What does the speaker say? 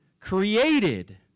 created